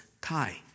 Kai